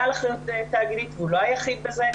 על אחריות תאגידית והוא לא היחיד בזה,